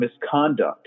misconduct